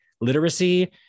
literacy